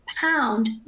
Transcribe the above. pound